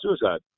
suicide